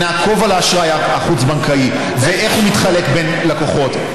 ונעקוב אחר האשראי החוץ-בנקאי ואיך הוא מתחלק בין לקוחות.